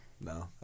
No